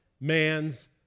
man's